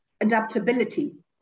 adaptability